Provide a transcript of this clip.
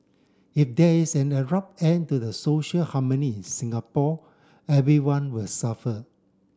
if there is an abrupt end to the social harmony in Singapore everyone will suffer